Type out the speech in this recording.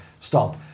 stop